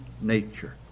nature